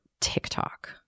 TikTok